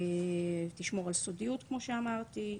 תשמור על סודיות כמו שאמרתי.